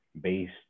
based